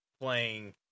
playing